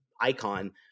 icon